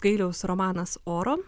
gailiaus romanas oro